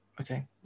Okay